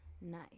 Nice